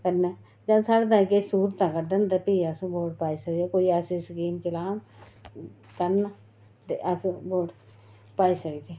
करना जां साढ़े ताईं कोई स्हूलतां कड्ढन तां भी अस वोट पाई सकदे कोई ऐसी स्कीम चलान करन ते अस वोट पाई सकदे